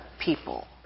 people